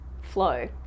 flow